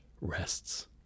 rests